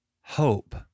hope